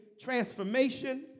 transformation